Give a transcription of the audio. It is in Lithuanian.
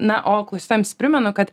na o klausytojams primenu kad